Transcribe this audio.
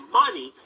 money